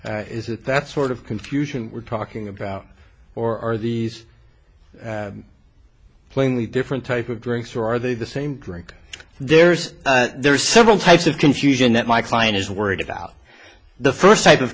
isn't that sort of confusion we're talking about or are these playing the different type of drinks or are they the same drink there's there are several types of confusion that my client is worried about the first type of